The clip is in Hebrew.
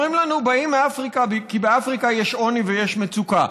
אומרים לנו: באים מאפריקה כי באפריקה יש עוני ויש מצוקה.